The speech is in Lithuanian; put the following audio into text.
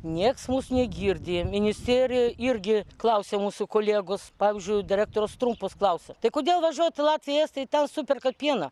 nieks mūsų negirdi ministerija irgi klausia mūsų kolegos pavyzdžiui direktoriaus trumpas klausia tai kodėl važiuot į latviją į estiją jei ten superka pieną